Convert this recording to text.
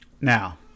Now